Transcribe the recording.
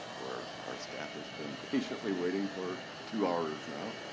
where our staff has been patiently waiting for two hours now.